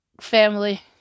family